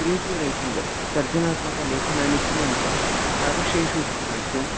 creative rating सर्जनात्मकलेखनानि क्रियन्ते तादृशेषु स्थलेषु